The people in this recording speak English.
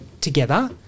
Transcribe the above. together